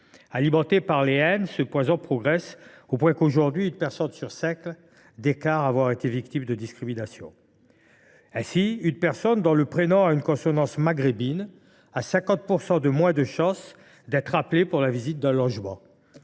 Alimenté par les haines, ce poison progresse au point qu’aujourd’hui une personne sur cinq déclare avoir été victime de discrimination. Ainsi, une personne dont le prénom a une consonance maghrébine a 50 % de moins de chances d’être rappelée lorsqu’elle demande à visiter un logement.